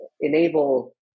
enable